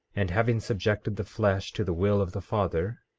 and having subjected the flesh to the will of the father,